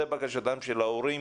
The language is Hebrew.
זאת בקשתם של ההורים,